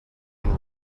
and